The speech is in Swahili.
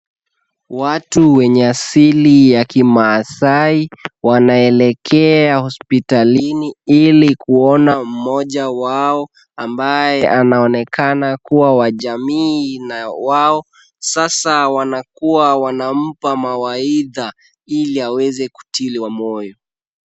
Watu wenye asili ya kimaasai wanaelekea hospitalini ili kuona mmoja wao, ambaye anaonekana kuwa wa jamii na wao. Sasa wanakuwa wanampa mawaidha, ili aweze kutiwa moyo.